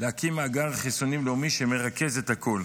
להקים מאגר חיסונים לאומי שמרכז את הכול.